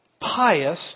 pious